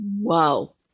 whoa